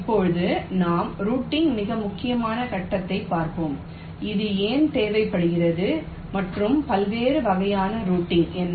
இப்போது நாம் ரூட்டிங்ன் மிக முக்கியமான கட்டத்தைப் பார்ப்போம் அது ஏன் தேவைப்படுகிறது மற்றும் பல்வேறு வகையான ரூட்டிங் என்ன